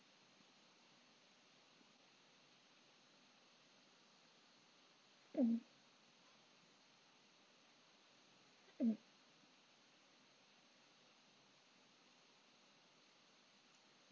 mm mm